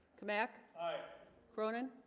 come back cronan